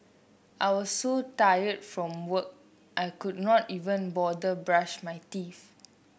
I was so tired from work I could not even bother brush my teeth